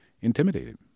intimidated